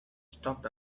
stopped